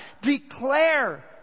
declare